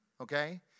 okay